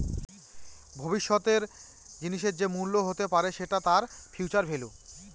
ভবিষ্যতের জিনিসের যে মূল্য হতে পারে সেটা তার ফিউচার ভেল্যু